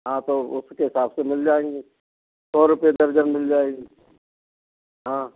हाँ तो उसके हिसाब से मिल जाएंगी सौ रुपये दर्जन मिल जाएंगी हाँ